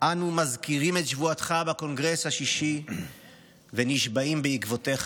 אנו מזכירים את שבועתך בקונגרס השישי ונשבעים בעקבותיך: